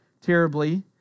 terribly